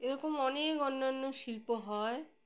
এরকম অনেক অন্যান্য শিল্প হয়